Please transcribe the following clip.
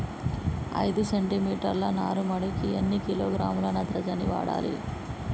ఐదు సెంటి మీటర్ల నారుమడికి ఎన్ని కిలోగ్రాముల నత్రజని వాడాలి?